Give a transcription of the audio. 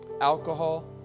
Alcohol